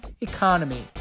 economy